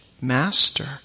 master